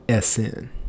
SN